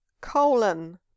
colon